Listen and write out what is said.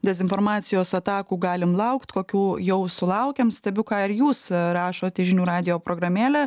dezinformacijos atakų galim laukt kokių jau sulaukėm stebiu ką ir jūs rašot į žinių radijo programėlę